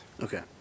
Okay